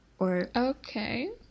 Okay